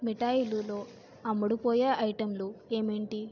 మిఠాయిలులో అమ్ముడుపోయే ఐటెంలు ఏంటేంటి